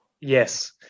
Yes